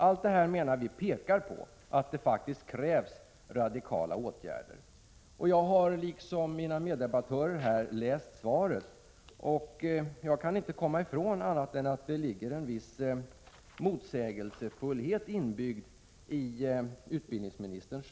Allt det här pekar på, menar vi, att det faktiskt krävs radikala åtgärder. Liksom mina meddebattörer har jag läst utbildningsministerns svar, men jag kan inte komma ifrån att det ligger en viss motsägelse inbyggd i det.